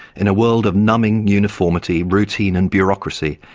in a world of numbing uniformity, routine and bureaucracy,